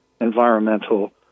environmental